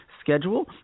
schedule